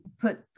put